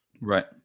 Right